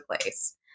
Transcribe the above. place